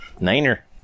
Niner